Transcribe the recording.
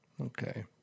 Okay